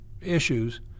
issues